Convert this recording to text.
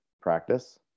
practice